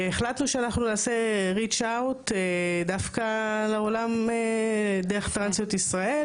והחלטנו שאנחנו נעשה reach out דווקא לעולם דרך טרנסיות ישראל.